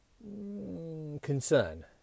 concern